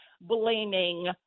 blaming